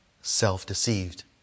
self-deceived